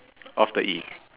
of the E